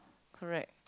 correct